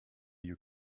you